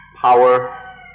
power